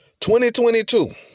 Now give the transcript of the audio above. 2022